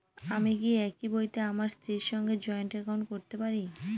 আমি কি একই বইতে আমার স্ত্রীর সঙ্গে জয়েন্ট একাউন্ট করতে পারি?